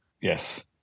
Yes